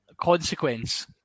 consequence